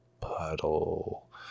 puddle